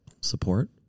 Support